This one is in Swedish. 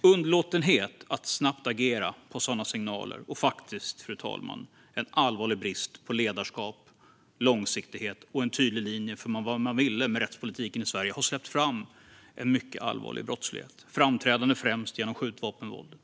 Underlåtenhet att snabbt agera på sådana signaler och faktiskt, fru talman, en allvarlig brist på ledarskap, långsiktighet och en tydlig linje för vad man ville med rättspolitiken i Sverige har släppt fram en mycket allvarlig brottslighet, framträdande främst genom skjutvapenvåldet.